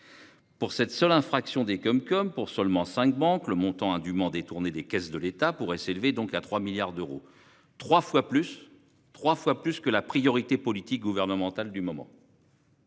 Pour cette seule infraction des CumCum, pour seulement cinq banques, le montant indûment détourné des caisses de l'État pourrait s'élever à 3 milliards d'euros. Trois fois plus que la priorité politique gouvernementale du moment